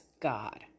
God